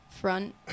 front